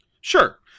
Sure